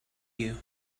you